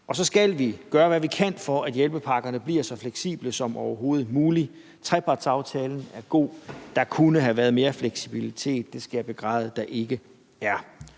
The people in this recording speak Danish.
Og så skal vi gøre, hvad vi kan, for at hjælpepakkerne bliver så fleksible som overhovedet muligt. Trepartsaftalen er god. Der kunne have været mere fleksibilitet, det skal jeg begræde der ikke er.